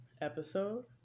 episode